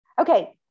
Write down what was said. Okay